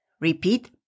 Repeat